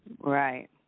Right